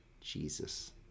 Jesus